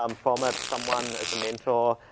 um, form ah someone as a mentor,